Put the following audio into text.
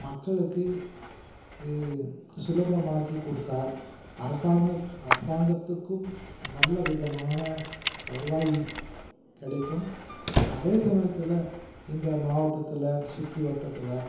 மக்களுக்கு இது சுலபமாக்கிக் கொடுத்தால் அரசாங்கம் அரசாங்கத்துக்கும் நல்லவிதமான வருவாய் கிடைக்கும் அதே சமயத்தில் இந்த மாவட்டத்தில் சுற்றி வட்டத்தில்